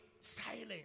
silence